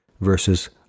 versus